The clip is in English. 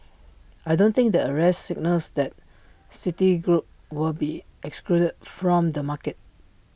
I don't think the arrest signals that citigroup will be excluded from the market